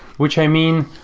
which, i mean,